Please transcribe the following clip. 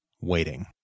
waiting